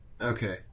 okay